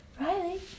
Riley